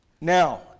Now